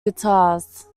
guitars